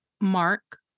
mark